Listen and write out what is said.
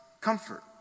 comfort